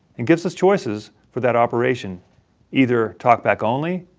and gives us choices for that operation either talkback only,